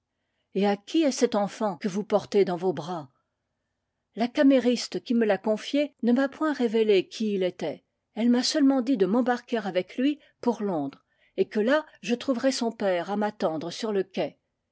et à qui est cet enfant que vous portez dans vos bras la camériste qui me l'a confié ne m'a point révélé qui il était elle m'a seulement dit de m'embarquer avec lui pour londres et que là je trouverais son père à m'attendre sur le quai